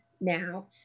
now